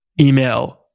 email